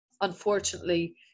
unfortunately